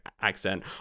accent